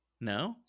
no